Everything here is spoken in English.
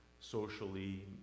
socially